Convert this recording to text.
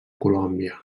colòmbia